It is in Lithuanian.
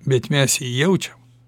bet mes jį jaučiam